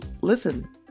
listen